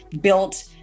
built